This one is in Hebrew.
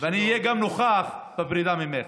ואני אהיה גם נוכח בפרידה ממך.